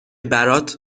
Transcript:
برات